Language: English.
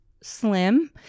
slim